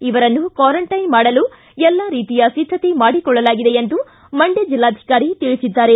ಇವರನ್ನು ಕ್ವಾರಂಟೈನ್ ಮಾಡಲು ಎಲ್ಲಾ ರೀತಿಯ ಸಿದ್ದತೆ ಮಾಡಿಕೊಳ್ಳಲಾಗಿದೆ ಎಂದು ಮಂಡ್ಕ ಜಿಲ್ಲಾಧಿಕಾರಿ ತಿಳಿಸಿದ್ದಾರೆ